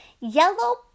Yellow